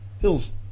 Hill's